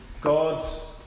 God's